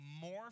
more